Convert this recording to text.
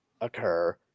occur